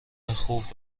خوب